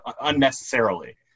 unnecessarily